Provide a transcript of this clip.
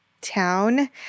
town